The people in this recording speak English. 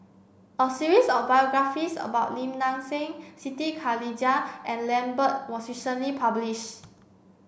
a series of biographies about Lim Nang Seng Siti Khalijah and Lambert was recently published